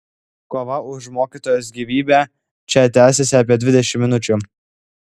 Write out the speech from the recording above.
kova už mokytojos gyvybę čia tęsėsi apie dvidešimt minučių